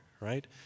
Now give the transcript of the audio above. right